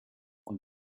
und